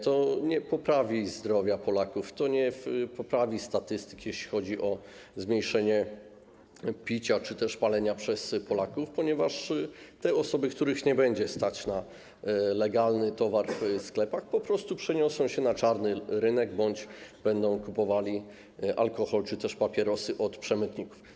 To nie poprawi stanu zdrowia Polaków, to nie poprawi statystyk, jeśli chodzi o zmniejszenie poziomu picia czy palenia przez Polaków, ponieważ te osoby, których nie będzie stać na legalny towar w sklepach, po prostu przeniosą się na czarny rynek bądź będą kupowali alkohol i papierosy od przemytników.